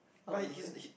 out of nowhere